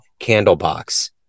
Candlebox